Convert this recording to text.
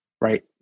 right